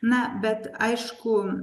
na bet aišku